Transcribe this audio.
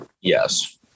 Yes